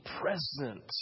present